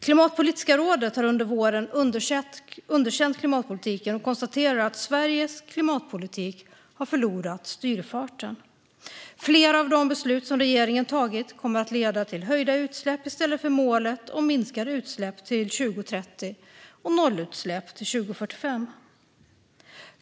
Klimatpolitiska rådet har under våren underkänt klimatpolitiken och konstaterar att Sveriges klimatpolitik har förlorat styrfarten. Flera av de beslut som regeringen tagit kommer att leda till höjda utsläpp i stället för målet om minskade utsläpp till 2030 och nollutsläpp till 2045.